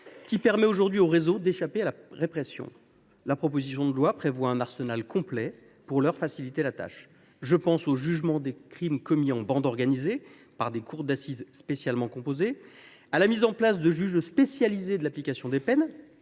qui permet aujourd’hui aux réseaux d’échapper à la répression. La proposition de loi prévoit un arsenal complet pour leur faciliter la tâche. Je pense au jugement des crimes commis en bande organisée par des cours d’assises spécialement composées ; à la mise en place de juges spécialisés de l’application des peines,